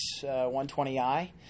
120i